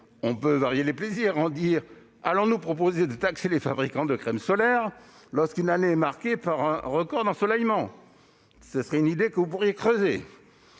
On peut varier les plaisirs : allons-nous proposer de taxer les fabricants de crème solaire lorsqu'une année est marquée par un record d'ensoleillement ? Vous pourriez creuser